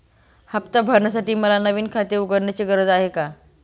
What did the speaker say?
हफ्ता भरण्यासाठी मला नवीन खाते उघडण्याची गरज आहे का?